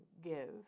give